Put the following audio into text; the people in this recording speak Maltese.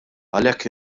għalhekk